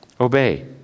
Obey